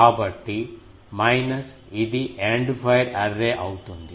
కాబట్టి మైనస్ ఇది end fire array అవుతుంది